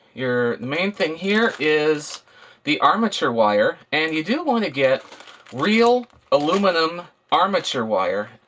your main thing here is the armature wire and you do want to get real aluminum armature wire.